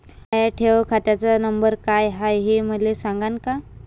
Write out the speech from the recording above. माया ठेव खात्याचा नंबर काय हाय हे मले सांगान का?